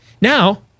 Now